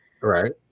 Right